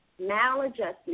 maladjustment